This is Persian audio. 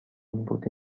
بوده